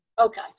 Okay